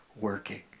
working